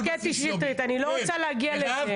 אני לא רוצה להגיע לזה.